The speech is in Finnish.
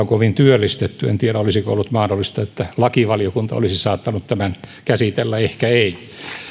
kovin työllistetty en tiedä olisiko ollut mahdollista että lakivaliokunta olisi saattanut tämän käsitellä ehkä ei myös